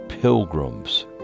pilgrims